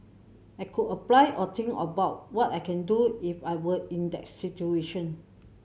I could apply or think about what I can do if I were in that situation